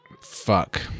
Fuck